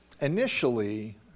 initially